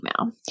email